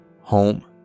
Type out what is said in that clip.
HOME